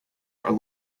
are